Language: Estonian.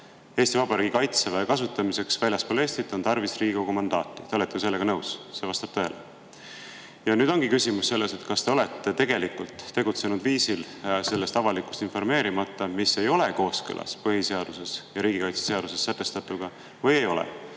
Eesti Vabariigi Kaitseväe kasutamiseks väljaspool Eestit tarvis Riigikogu mandaati. Te olete sellega nõus? See vastab tõele. Ja nüüd ongi küsimus selles, kas te olete tegelikult tegutsenud viisil – sellest avalikkust informeerimata –, mis ei ole kooskõlas põhiseaduses ja riigikaitseseaduses sätestatuga, või ei ole.